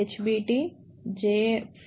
hi